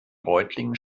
reutlingen